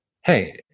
hey